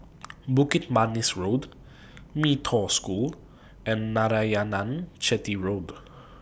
Bukit Manis Road Mee Toh School and Narayanan Chetty Road